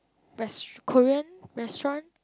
rest~ Korean restaurant